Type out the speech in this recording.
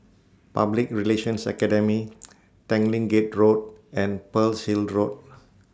Public Relations Academy Tanglin Gate Road and Pearl's Hill Road